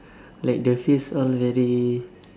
like the face all very